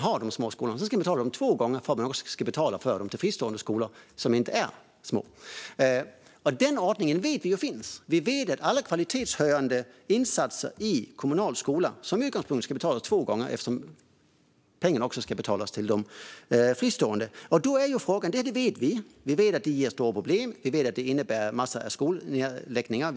Först en gång och sedan ännu en gång när man betalar för fristående skolor, som inte är små. Den ordningen finns. Alla kvalitetshöjande insatser i kommunal skola ska som utgångspunkt betalas två gånger eftersom pengar även ska gå till de fristående skolorna. Detta vet man, och man vet också att det skapar stora problem och innebär en massa skolnedläggningar.